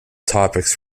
topics